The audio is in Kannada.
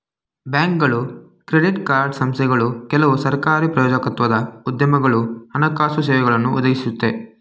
ಬ್ಯಾಂಕ್ಗಳು ಕ್ರೆಡಿಟ್ ಕಾರ್ಡ್ ಸಂಸ್ಥೆಗಳು ಕೆಲವು ಸರಕಾರಿ ಪ್ರಾಯೋಜಕತ್ವದ ಉದ್ಯಮಗಳು ಹಣಕಾಸು ಸೇವೆಗಳನ್ನು ಒದಗಿಸುತ್ತೆ